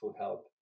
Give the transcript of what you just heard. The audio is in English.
help